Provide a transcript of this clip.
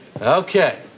Okay